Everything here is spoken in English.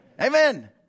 Amen